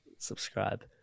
subscribe